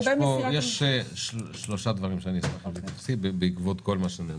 יש שלושה דברים שאני --- בעקבות כל מה שנאמר: